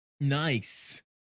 Nice